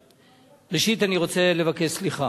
ראשית, אני רוצה לבקש סליחה,